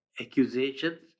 accusations